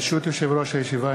ברשות יושב-ראש הישיבה,